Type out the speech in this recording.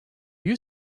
you